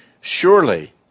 surely